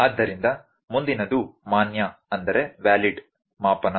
ಆದ್ದರಿಂದ ಮುಂದಿನದು ಮಾನ್ಯ ಮಾಪನ